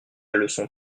leçon